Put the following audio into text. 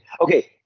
Okay